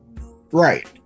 Right